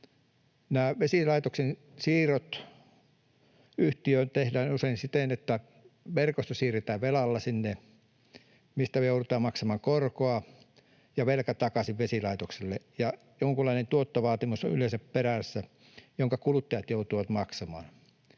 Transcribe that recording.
Nämä vesilaitosten siirrot yhtiöön tehdään usein siten, että verkosto siirretään sinne velalla, mistä me joudutaan maksamaan korkoa, ja velka takaisin vesilaitokselle, ja perässä on yleensä jonkunlainen tuottovaatimus, jonka kuluttajat joutuvat maksamaan.